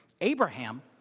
Abraham